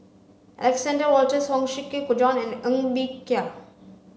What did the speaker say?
Alexander Wolters Huang Shiqi Joan and Ng Bee Kia